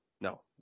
No